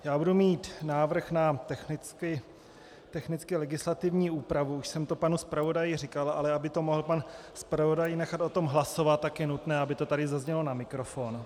Já budu mít návrh na technicky legislativní úpravu, už jsem to panu zpravodaji říkal, ale aby mohl pan zpravodaj o tom nechat hlasovat, tak je nutné, aby to tady zaznělo na mikrofon.